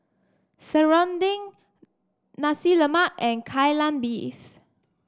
Serunding Nasi Lemak and Kai Lan Beef